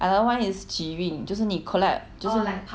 another one is 集运就是你 collect 就是